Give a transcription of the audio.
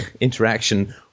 interaction